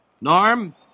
Norm